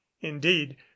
indeed